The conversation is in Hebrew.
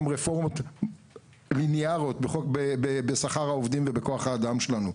רפורמות לינאריות בשכר העובדים ובכוח האדם שלו,